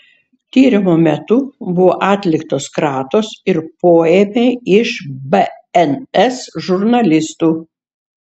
tyrimo metu buvo atliktos kratos ir poėmiai iš bns žurnalistų